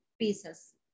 pieces